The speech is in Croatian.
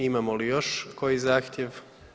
Imamo li još koji zahtjev?